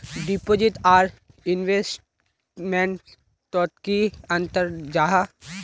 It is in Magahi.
डिपोजिट आर इन्वेस्टमेंट तोत की अंतर जाहा?